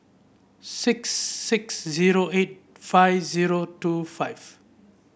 six six zero eight five zero two five